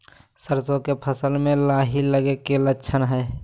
सरसों के फसल में लाही लगे कि लक्षण हय?